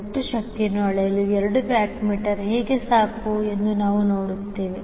ಒಟ್ಟು ಶಕ್ತಿಯನ್ನು ಅಳೆಯಲು ಎರಡು ವ್ಯಾಟ್ ಮೀಟರ್ ಹೇಗೆ ಸಾಕು ಎಂದು ನಾವು ನೋಡುತ್ತೇವೆ